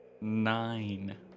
nine